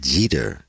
Jeter